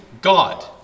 God